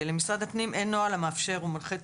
למשרד הפנים אין נוהל המאפשר ומנחה את